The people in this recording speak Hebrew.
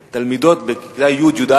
שתלמידות בכיתה י' י"א,